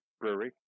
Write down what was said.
brewery